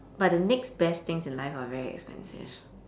but the next best things in life are very expensive